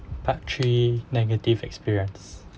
part three negative experience